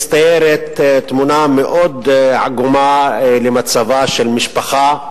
מצטיירת תמונה מאוד עגומה למצבה של משפחה,